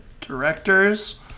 Directors